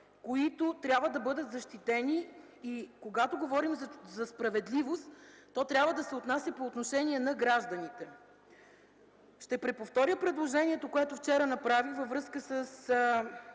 които трябва да бъдат защитени и когато говорим за справедливост, то трябва да е по отношение на гражданите. Ще преповторя предложението, което направих вчера във връзка с